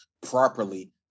properly